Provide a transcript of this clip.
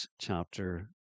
chapter